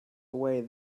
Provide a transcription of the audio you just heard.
away